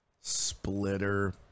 splitter